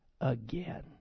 again